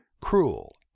cruel